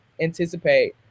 anticipate